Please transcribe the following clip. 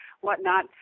whatnot